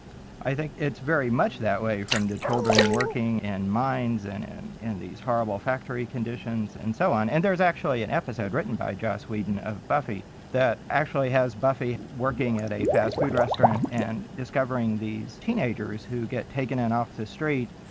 i think it's very much that way from the children working in mines, and in in these horrible factory conditions and so on, and there's actually an episode written by jos weeden of buffy that actually has buffy working at a fast food restaurant and discovering these teenagers who get taken in off the street,